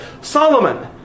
Solomon